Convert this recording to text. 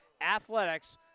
ATHLETICS